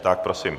Tak prosím.